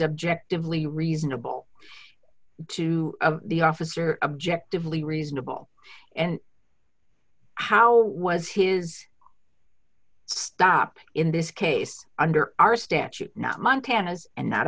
objectively reasonable to the officer objective lee reasonable and how was his stop in this case under our statute not montana's and not